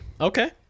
okay